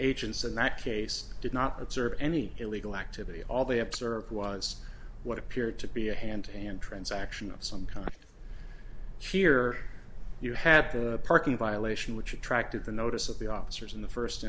agents in that case did not observe any illegal activity all they observed was what appeared to be a hand and transaction of some kind of cheer you had a parking violation which attracted the notice of the officers in the